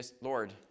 Lord